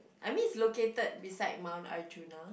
I mean it's located beside Mount-Arjuna